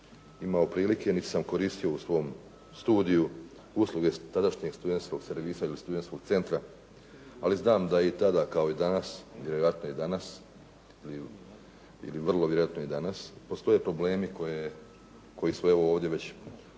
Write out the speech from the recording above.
imao prilike niti sam koristio u svom studiju usluge tadašnjeg studentskog servisa ili studentskog centra, ali znam da je i tada kao i danas, vjerojatno i danas ili vrlo vjerojatno i danas, postoje problemi koji su ovdje već polako